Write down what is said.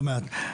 לא מעט.